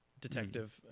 Detective